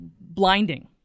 blinding